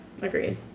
agreed